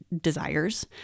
desires